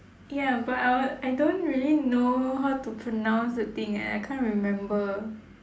ya but I w~ I don't really know how to pronounce the thing eh I can't remember